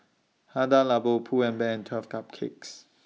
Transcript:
Hada Labo Pull and Bear and twelve Cupcakes